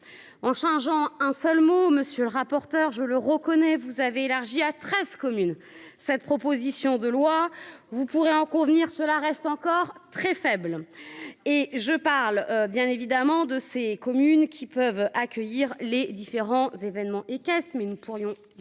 en changeant un seul mot monsieur le rapporteur, je le reconnais, vous avez élargi à 13 communes. Cette proposition de loi. Vous pourrez en convenir, cela reste encore très faible et je parle bien évidemment de ces communes qui peuvent accueillir les différents événements et caisses mais nous pourrions y